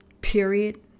period